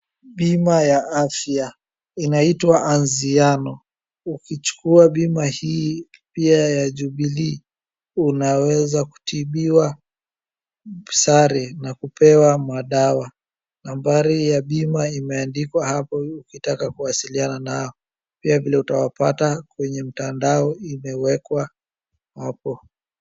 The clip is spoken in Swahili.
Bima ya afya inaitwa Anziano. Ukichukua bima hii pia ya Jubilee unaeza kutibiwa sare na kupewa madawa. Nambari ya bima imeandikwa hapo ukitaka kuwasiliana nao pia vile utawapata kwenye mtandao imewekwa hapo.